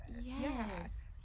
yes